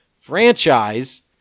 franchise